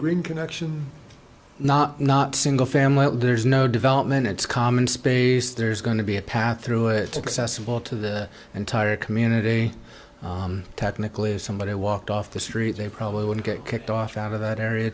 green connection not not single family there's no development it's common space there's going to be a path through it excessive wall to the entire community technically if somebody walked off the street they probably would get kicked off out of that area